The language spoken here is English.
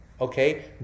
Okay